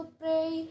pray